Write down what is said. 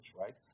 right